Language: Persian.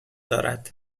دارد